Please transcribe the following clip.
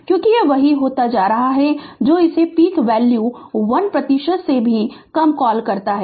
क्योंकि यह वही होता जा रहा है जो इसे पीक वैल्यू के 1 प्रतिशत से भी कम कॉल करता है